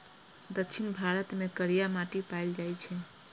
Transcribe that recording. दक्षिण भारत मे करिया माटि पाएल जाइ छै